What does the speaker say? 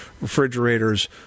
refrigerators